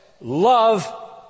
love